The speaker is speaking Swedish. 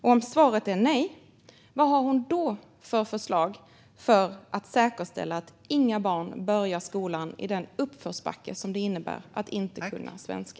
Om svaret är nej, vad har hon då för förslag för att säkerställa att inga barn börjar skolan i den uppförsbacke som det innebär att inte kunna svenska?